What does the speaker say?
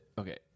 okay